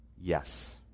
yes